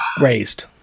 raised